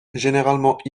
généralement